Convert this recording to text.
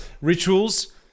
Rituals